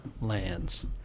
lands